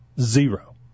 Zero